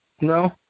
No